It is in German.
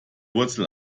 wurzel